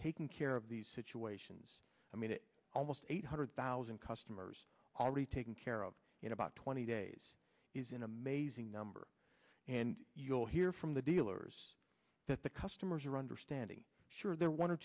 taking care of these situations i mean it almost eight hundred thousand customers already taken care of in about twenty days is an amazing number and you'll hear from the dealers that the customers are understanding sure there are one or